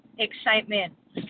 Excitement